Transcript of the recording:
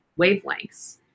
wavelengths